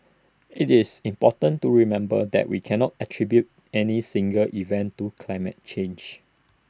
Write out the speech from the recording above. IT is important to remember that we cannot attribute any single event to climate change